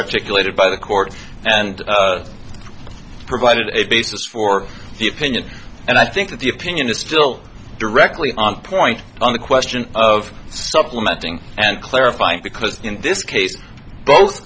articulated by the court and provided a basis for the opinion and i think that the opinion is still directly on point on the question of supplementing and clarifying because in this case both